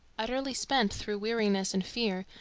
utterly spent through weariness and fear,